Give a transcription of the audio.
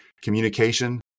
Communication